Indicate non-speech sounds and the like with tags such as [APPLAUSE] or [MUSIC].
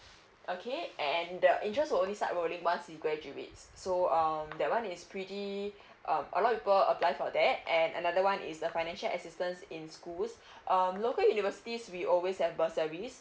okay and the interest will only start rolling once you graduate so um that one is pretty um a lot people apply for that and another one is the financial assistance in school [BREATH] um local universities we always have bursary